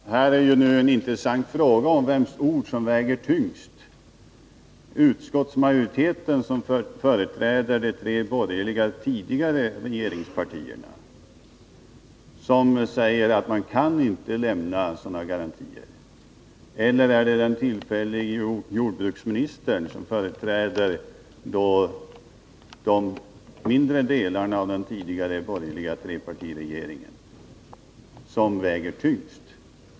Herr talman! Här har nu uppstått en intressant fråga om vems ord som väger tyngst. Är det utskottsmajoritetens, dvs. det som sägs av dem som företräder de tre borgerliga tidigare regeringspartierna? De hävdar ju att man inte kan lämna sådana garantier som jordbruksministern här utlovar. Eller är det orden från den tillfällige jordbruksministern, som företräder den mindre delen av den tidigare borgerliga trepartiregeringen, som väger tyngst?